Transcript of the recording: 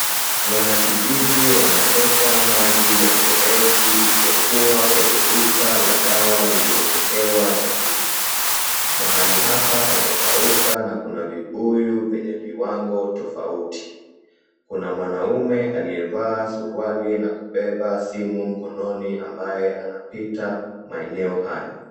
Wanakijiji wanateka maji ya mfereji iliyokuwa kwenye duka la dawa lililojengewa jamii. Mahali hapa pamekauka na kuna vibuyu vyenye viwango tofauti. Kuna mwanaume aliyevaa suruali na kubeba simu mkononi ambaye anapita maeneo haya.